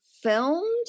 filmed